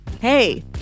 hey